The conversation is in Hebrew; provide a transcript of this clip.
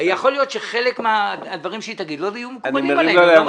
יכול להית שחלק מהדברים שהיא תגיד לא יהיו מקובלים עלינו.